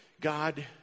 God